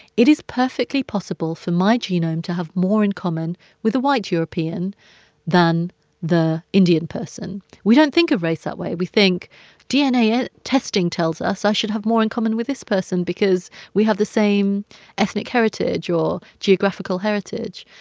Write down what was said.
it is perfectly possible for my genome to have more in common with a white european than the indian person we don't think of race that way. we think dna testing tells us i should have more in common with this person because we have the same ethnic heritage or geographical heritage.